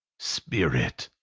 spirit!